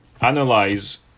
analyze